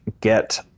get